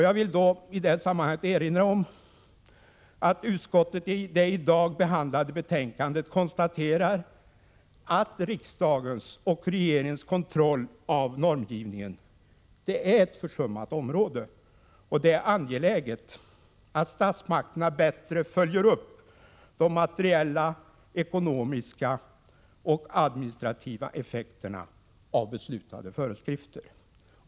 Jag vill i detta sammanhang erinra om att utskottet i det betänkande som i dag behandlas konstaterar att riksdagens och regeringens kontroll av normgivningen är ett försummat område. Det är angeläget att statsmakterna bättre följer upp de materiella, ekonomiska och administrativa effekterna av beslutade föreskrifter.